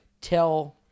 tell